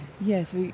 Yes